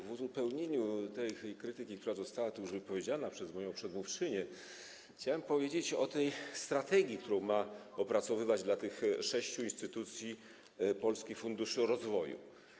W uzupełnieniu krytyki, która została już wypowiedziana przez moją przedmówczynię, chciałem powiedzieć o tej strategii, którą ma opracowywać dla tych sześciu instytucji Polski Fundusz Rozwoju.